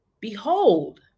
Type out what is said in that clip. behold